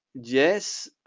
yes,